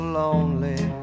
lonely